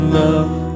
love